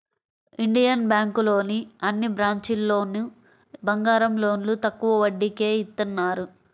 Indian బ్యేంకులోని అన్ని బ్రాంచీల్లోనూ బంగారం లోన్లు తక్కువ వడ్డీకే ఇత్తన్నారు